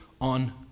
on